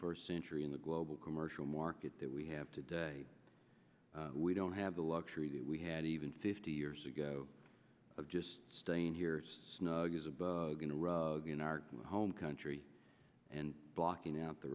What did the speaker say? first century in the global commercial market that we have today we don't have the luxury that we had even fifty years ago of just staying here snug as a bug in a rug in our home country and locking out the